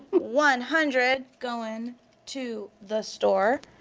one hundred going to the store.